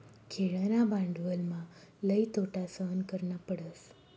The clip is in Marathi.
खेळणा भांडवलमा लई तोटा सहन करना पडस